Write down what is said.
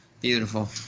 Beautiful